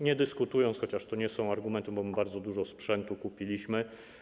Nie dyskutując, chociaż to nie są argumenty, bo bardzo dużo sprzętu kupiliśmy.